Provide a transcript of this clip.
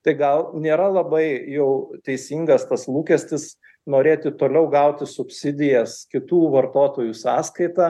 tai gal nėra labai jau teisingas tas lūkestis norėti toliau gauti subsidijas kitų vartotojų sąskaita